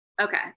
okay